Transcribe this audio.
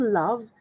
love